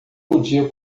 podia